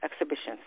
exhibitions